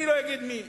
אני לא אגיד מי.